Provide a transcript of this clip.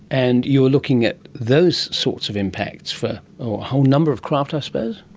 and you were looking at those sorts of impacts for a whole number of craft i suppose.